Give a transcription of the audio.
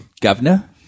governor